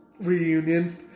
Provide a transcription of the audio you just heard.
reunion